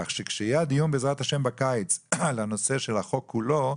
כך שכשיהיה הדיון בעזרת השם בקיץ על הנושא של החוק כולו,